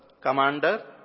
commander